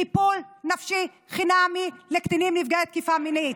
טיפול נפשי חינמי לקטינים נפגעי תקיפה מינית.